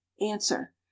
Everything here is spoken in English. answer